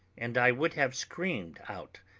and i would have screamed out,